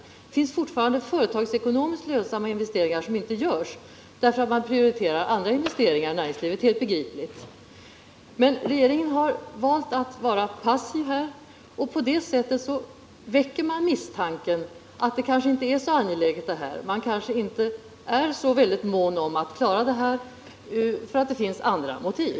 Det finns fortfarande företagsekonomiskt lönsamma investeringar som inte görs, därför att man i näringslivet helt begripligt prioriterar andra investeringar. Regeringen har alltså valt att vara passiv, och därmed väcks misstanken att det här kanske inte är så angeläget. Man är kanske inte så mån om att klara problemet — av andra motiv.